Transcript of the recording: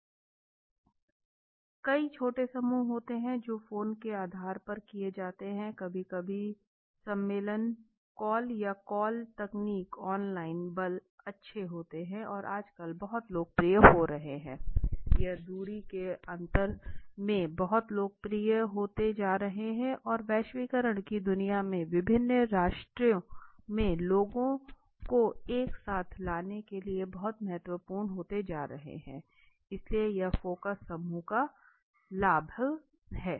कई समूह छोटे होते हैं जो फोन के आधार पर किए जाते हैं कभी कभी सम्मेलन कॉल या कॉल तकनीक ऑनलाइन बल अच्छे होते हैं और आजकल बहुत लोकप्रिय हो रहे हैं ये दूरी के अंतर में बहुत लोकप्रिय होते जा रहे है और वैश्वीकरण की दुनिया में विभिन्न राष्ट्रों में लोगों को एक साथ लाने के लिए बहुत महत्वपूर्ण होते जा रहे है इसलिए यह फोकस समूह का लाभ है